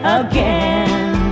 again